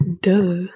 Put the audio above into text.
duh